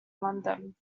london